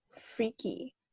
freaky